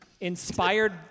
inspired